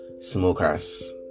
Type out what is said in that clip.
smokers